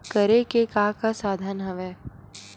करे के का का साधन हवय?